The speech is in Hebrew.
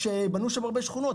כשבנו שם הרבה שכונות,